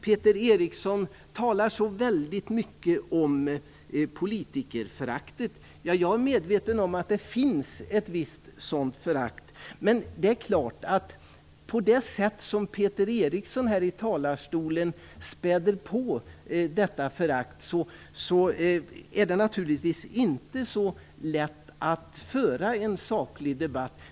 Peter Eriksson talar så väldigt mycket om politikerföraktet. Jag är medveten om att det finns ett visst sådant förakt. Men när som Peter Eriksson här i talarstolen späder på detta förakt är det inte så lätt att föra en saklig debatt.